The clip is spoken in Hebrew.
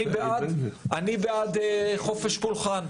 אני בעד חופש פולחן.